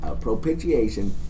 propitiation